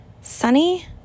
sunny